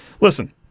Listen